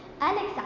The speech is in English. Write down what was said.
Alexa